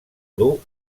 dur